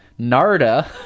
narda